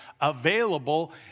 available